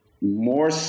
more